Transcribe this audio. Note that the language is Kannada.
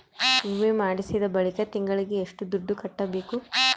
ವಿಮೆ ಮಾಡಿಸಿದ ಬಳಿಕ ತಿಂಗಳಿಗೆ ಎಷ್ಟು ದುಡ್ಡು ಕಟ್ಟಬೇಕು?